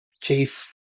Chief